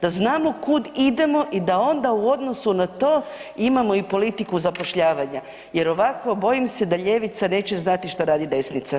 Da znamo kud idemo i da onda u odnosu na to imamo i politiku zapošljavanja jer ovako, bojim se da ljevica neće znati što radi desnica.